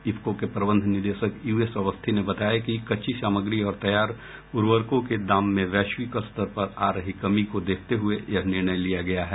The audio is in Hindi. इफको के प्रबंध निदेशक यू एस अवस्थी ने बताया कि कच्ची सामग्री और तैयार उर्वरकों के दाम में वैश्विक स्तर पर आ रही कमी को देखते हये यह निर्णय लिया गया है